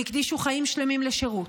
הם הקדישו חיים שלמים לשירות.